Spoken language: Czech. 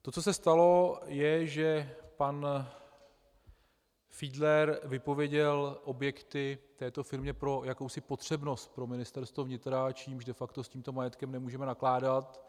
To, co se stalo, je, že pan Fidler vypověděl objekty této firmě pro jakousi potřebnost pro Ministerstvo vnitra, čímž de facto s tímto majetkem nemůžeme nakládat.